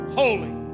holy